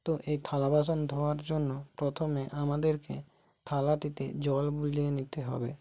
তো এই থালা বাসন ধোয়ার জন্য প্রথমে আমাদেরকে থালাটিতে জল বুলিয়ে নিতে হবে